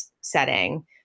setting